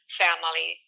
family